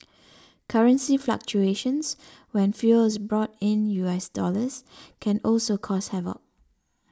currency fluctuations when fuel is brought in US dollars can also cause havoc